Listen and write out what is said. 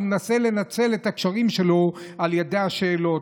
מנסה לנצל את הקשרים שלו על ידי השאלות.